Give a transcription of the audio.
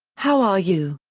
how are you?